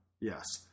Yes